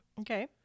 Okay